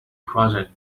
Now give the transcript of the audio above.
project